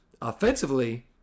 offensively